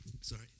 Sorry